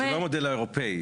זה לא המודל האירופאי,